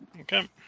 Okay